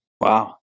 wow